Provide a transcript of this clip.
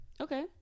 okay